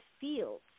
fields